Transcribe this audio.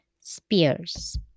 Spears